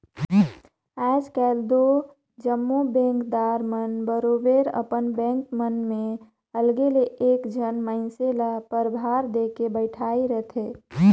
आएज काएल दो जम्मो बेंकदार मन बरोबेर अपन बेंक मन में अलगे ले एक झन मइनसे ल परभार देके बइठाएर रहथे